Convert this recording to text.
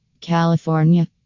california